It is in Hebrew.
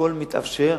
הכול מתאפשר,